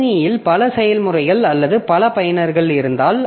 கணினியில் பல செயல்முறைகள் அல்லது பல பயனர்கள் இருந்தால்